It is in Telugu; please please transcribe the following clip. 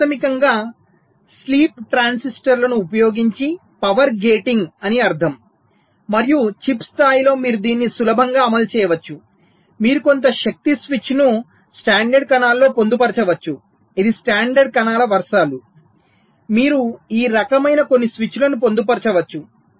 ఇది ప్రాథమికంగా స్లీప్ ట్రాన్సిస్టర్లను ఉపయోగించి పవర్ గేటింగ్ అని అర్థం మరియు చిప్ స్థాయిలో మీరు దీన్ని సులభంగా అమలు చేయవచ్చు మీరు కొంత శక్తి స్విచ్ ను స్టాండర్డ్ కణాలలో పొందుపరచవచ్చు ఇవి స్టాండర్డ్ కణాల వరుసలు మీరు ఈ రకమైన కొన్ని స్విచ్లను పొందుపరచవచ్చు